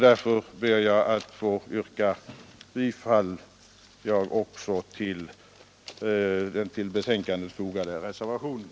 Därför ber också jag att få yrka bifall till den vid betänkandet fogade reservationen.